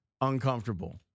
uncomfortable